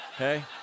okay